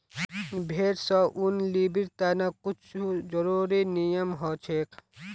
भेड़ स ऊन लीबिर तने कुछू ज़रुरी नियम हछेक